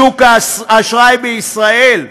שוק האשראי בישראל.